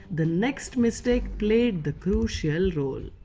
the next mistake played the crucial role